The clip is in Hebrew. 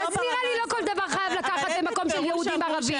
לא כל דבר חייבים לקחת למקום של יהודים וערבים.